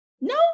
No